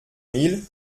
mille